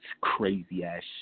crazy-ass